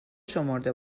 شمرده